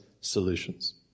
solutions